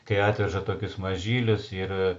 kai atveža tokius mažylius ir